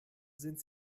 sind